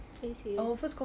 are you serious